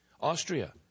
Austria